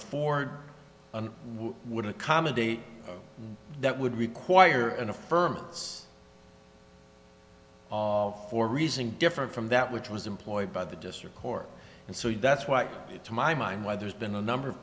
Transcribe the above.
afford would accommodate that would require an affirm it's for a reason different from that which was employed by the district court and so that's why to my mind why there's been a number of